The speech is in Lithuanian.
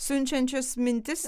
siunčiančias mintis